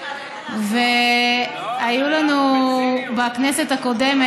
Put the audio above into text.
היה בציניות.